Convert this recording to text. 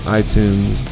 iTunes